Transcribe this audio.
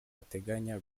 bateganya